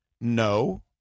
No